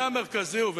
הנושא המרכזי הוא,